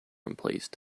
emplaced